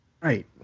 Right